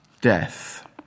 death